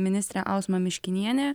ministrė ausma miškinienė